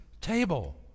table